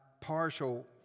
partial